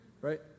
Right